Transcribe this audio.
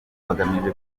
bugamije